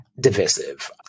divisive